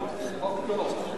חוק צודק, חוק טוב.